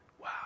Wow